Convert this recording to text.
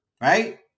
Right